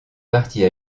partie